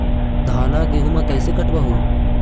धाना, गेहुमा कैसे कटबा हू?